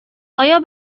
آیا